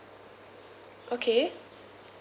okay